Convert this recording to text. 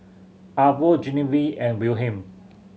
Arvo Genevieve and Wilhelm